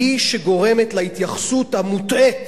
והיא שגורמת להתייחסות המוטעית